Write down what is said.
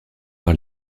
par